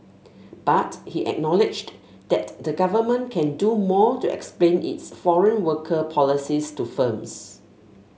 but he acknowledged that the Government can do more to explain its foreign worker policies to firms